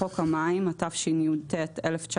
בחוק המים, התשי"ט-1959